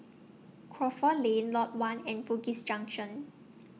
Crawford Lane Lot one and Bugis Junction